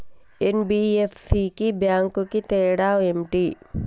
NBFC కి bank కి తేడా ఏంటి?